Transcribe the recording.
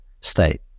state